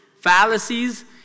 fallacies